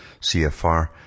CFR